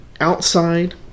outside